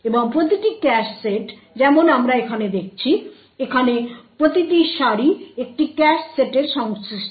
এবং প্রতিটি cache set যেমন আমরা এখানে দেখছি এখানে প্রতিটি সারি একটি ক্যাশ সেটের সংশ্লিষ্ট